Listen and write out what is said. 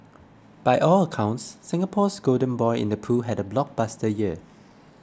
by all accounts Singapore's golden boy in the pool had a blockbuster year